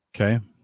Okay